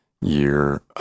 year